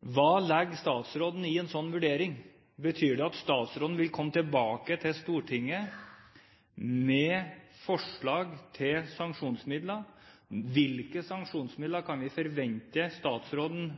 Hva legger statsråden i en sånn vurdering? Betyr det at statsråden vil komme tilbake til Stortinget med forslag til sanksjonsmidler? Hvilke sanksjonsmidler kan vi forvente at statsråden